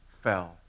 fell